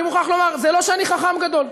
אני מוכרח לומר: זה לא שאני חכם גדול,